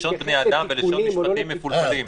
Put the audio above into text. לשון בני אדם ולשון משפטים מפולפלים.